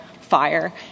fire